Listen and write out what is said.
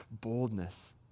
boldness